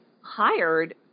hired